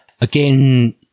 Again